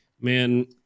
Man